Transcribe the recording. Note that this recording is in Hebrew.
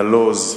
נלוז,